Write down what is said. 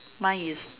mine is